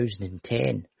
2010